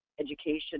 education